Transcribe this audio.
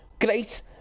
great